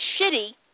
shitty